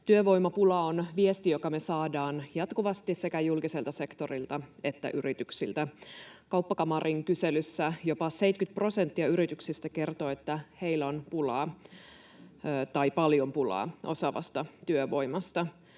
Työvoimapula on se, mistä me saadaan viestiä jatkuvasti sekä julkiselta sektorilta että yrityksiltä. Kauppakamarin kyselyssä jopa 70 prosenttia yrityksistä kertoo, että heillä on pulaa tai paljon pulaa osaavasta työvoimasta.